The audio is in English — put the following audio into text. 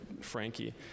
Frankie